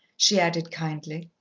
she added kindly.